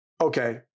Okay